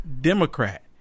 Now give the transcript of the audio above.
Democrat